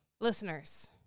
Listeners